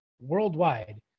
worldwide